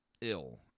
ill